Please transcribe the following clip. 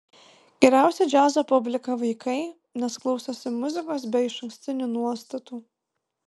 geriausia džiazo publika vaikai nes klausosi muzikos be išankstinių nuostatų